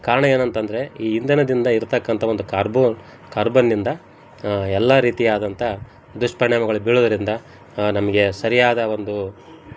ಕಾರಣ ಏನಂತಂದರೆ ಈ ಇಂಧನದಿಂದ ಇರತಕ್ಕಂಥ ಒಂದು ಕಾರ್ಬೋನ್ ಕಾರ್ಬನ್ನಿಂದ ಎಲ್ಲ ರೀತಿಯಾದಂಥ ದುಷ್ಪರ್ಣಾಮಗಳು ಬೀಳೋದ್ರಿಂದ ನಮಗೆ ಸರಿಯಾದ ಒಂದು